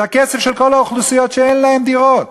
זה הכסף של כל האוכלוסיות שאין להן דירות.